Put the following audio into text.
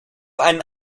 einen